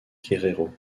guerrero